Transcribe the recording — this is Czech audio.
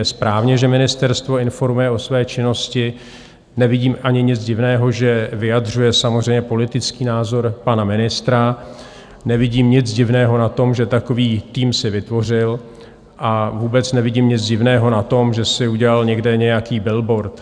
Je správně, že ministerstvo informuje o své činnosti, nevidím ani nic divného, že vyjadřuje samozřejmě politický názor pana ministra, nevidím nic divného na tom, že takový tým si vytvořil, a vůbec nevidím nic divného na tom, že si udělal někde nějaký billboard.